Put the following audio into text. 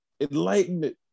Enlightenment